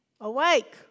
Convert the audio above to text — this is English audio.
awake